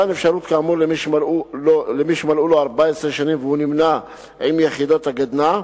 מתן אפשרות כאמור למי שמלאו לו 14 שנים והוא נמנה עם יחידות הגדנ"ע,